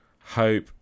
hope